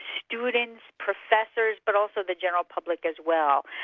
students professors, but also the general public as well.